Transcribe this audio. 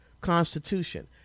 constitution